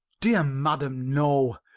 dear madam, no.